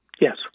yes